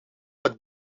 het